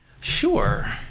Sure